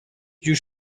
you